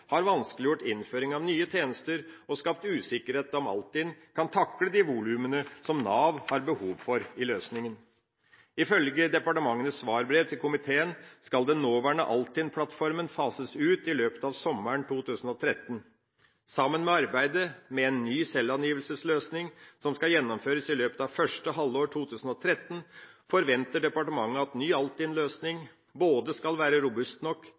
har vanskeliggjort innføring av nye tjenester og skapt usikkerhet om Altinn kan takle de volumene som Nav har behov for i løsninga. Ifølge departementets svarbrev til komiteen skal den nåværende Altinn-plattformen fases ut i løpet av sommeren 2013. Sammen med arbeidet med en ny selvangivelsesløsning, som skal gjennomføres i løpet av første halvår 2013, forventer departementet at ny Altinn-løsning både skal være robust nok